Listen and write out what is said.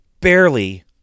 Barely